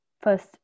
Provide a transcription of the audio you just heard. First